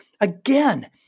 again